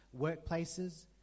workplaces